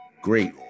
great